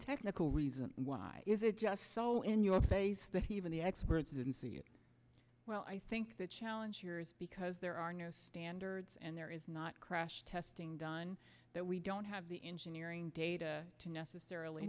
technical reason why is it just so in your face that even the experts didn't see it well i think the challenge here is because there are no standards and there is not crash testing done that we don't have the engineering data to necessarily